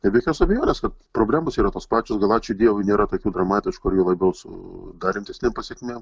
tai be jokios abejonės problemos yra tos pačios gal ačiū dievui nėra tokių dramatiškų juo labiau su dar rimtesnėm pasekmėm